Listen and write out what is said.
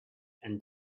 and